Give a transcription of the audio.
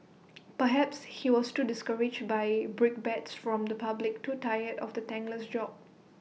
perhaps he was too discouraged by brickbats from the public too tired of the thankless job